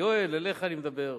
יואל, אליך אני מדבר.